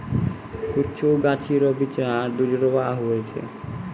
कुछु गाछी रो बिच्चा दुजुड़वा हुवै छै